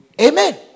Amen